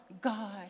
God